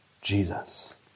Jesus